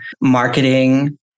marketing